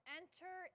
enter